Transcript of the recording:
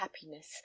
happiness